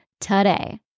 today